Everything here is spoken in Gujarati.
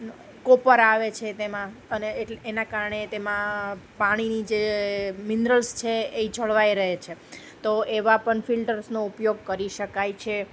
કોપર આવે છે તેમાં અને એટલે એના કારણે તેમાં પાણીની જે મિનરલ્સ છે એ જળવાઈ રહે છે તો એવા પણ ફિલ્ટર્સનો ઉપયોગ કરી શકાય છે